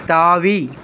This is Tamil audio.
தாவி